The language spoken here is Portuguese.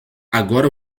agora